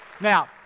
now